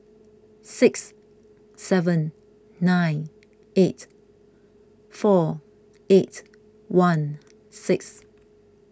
six seven nine eight four eight one six